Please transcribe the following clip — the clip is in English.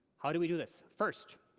how do we do this? first